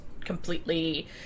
completely